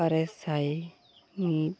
ᱟᱨᱮ ᱥᱟᱭ ᱢᱤᱫ